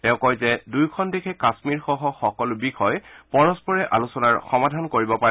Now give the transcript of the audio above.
তেওঁ কয় যে দূয়োখন দেশে কাশ্মীৰসহ সকলো বিষয় পৰস্পৰ আলোচনাৰে সমাধান কৰিব পাৰে